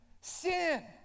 sin